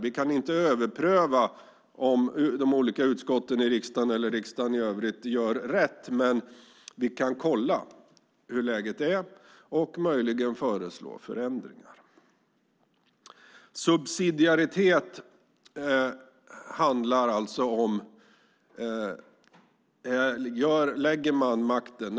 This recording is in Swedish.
Vi kan inte överpröva om utskotten eller riksdagen i övrigt gör rätt, men vi kan kolla hur läget är och möjligen föreslå förändringar. Subsidiaritet handlar alltså om var makten ligger.